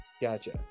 Gotcha